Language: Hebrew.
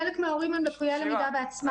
חלק מההורים הם לקויי למידה בעצמם.